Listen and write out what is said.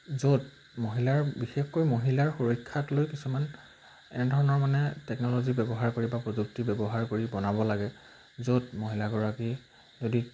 য'ত মহিলাৰ বিশেষকৈ মহিলাৰ সুৰক্ষাক লৈ কিছুমান এনেধৰণৰ মানে টেকন'লজি ব্যৱহাৰ কৰি বা প্ৰযুক্তি ব্যৱহাৰ কৰি বনাব লাগে য'ত মহিলাগৰাকী যদি